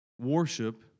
worship